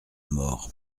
mort